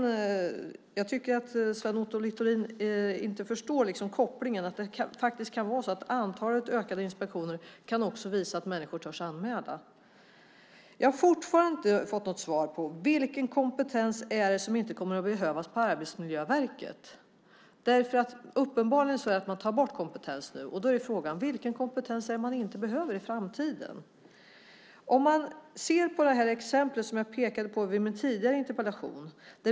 Jag tycker att Sven Otto Littorin inte förstår kopplingen, att det faktiskt kan vara så att antalet ökade inspektioner också kan visa att människor törs göra anmälningar. Jag har fortfarande inte fått något svar på vilken kompetens som inte kommer att behövas på Arbetsmiljöverket. Uppenbarligen tar man nu bort kompetens. Då är frågan: Vilken kompetens är det som man inte behöver i framtiden? Jag gav i min tidigare interpellation ett exempel.